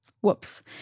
Whoops